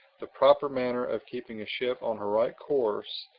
the proper manner of keeping a ship on her right course,